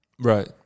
Right